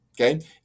okay